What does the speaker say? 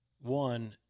one